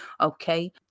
Okay